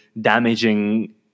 damaging